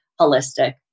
holistic